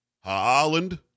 Holland